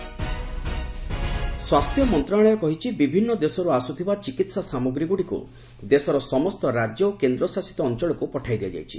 health supplies ସ୍ୱାସ୍ଥ୍ୟ ମନ୍ତ୍ରଣାଳୟ କହିଛି ବିଭିନ୍ନ ଦେଶର୍ ଆସ୍ବଥିବା ଚିକିତ୍ସା ସାମଗ୍ରୀଗୁଡ଼ିକ୍ ଦେଶର ସମସ୍ତ ରାଜ୍ୟ ଓ କେନ୍ଦ୍ରଶାସିତ ଅଞ୍ଚଳକ୍ ପଠାଇ ଦିଆଯାଇଛି